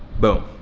boom.